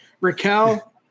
Raquel